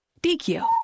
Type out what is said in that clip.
DQ